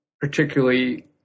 particularly